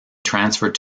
transferred